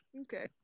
Okay